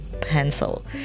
Pencil